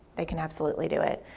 they can absolutely do it.